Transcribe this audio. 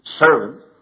servant